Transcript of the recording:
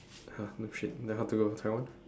!huh! noob shit then how to taiwan